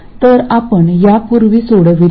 तर आपण यापूर्वी सोडविले आहे